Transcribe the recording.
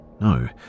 No